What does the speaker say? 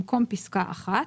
במקום "פסקה (1)"